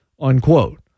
unquote